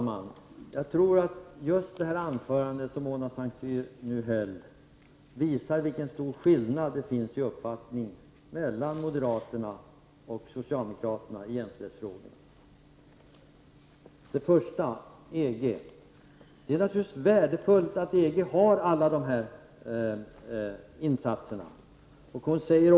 Fru talman! Just det anförande som Mona Saint Cyr höll visar vilken stor skillnad det finns i uppfattning mellan moderaterna och socialdemokraterna i jämställdhetsfrågan. Först om EG: Det är naturligtvis värdefullt att man inom EG gjort alla de insatser som Mona Saint Cyr nämner.